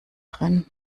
drin